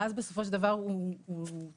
ואז בסופו של דבר הוא תקוע.